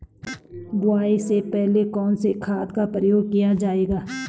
बुआई से पहले कौन से खाद का प्रयोग किया जायेगा?